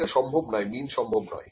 এটা সম্ভব নয় মিন সম্ভব নয়